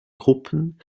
gruppen